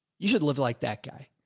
you should live like that guy,